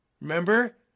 Remember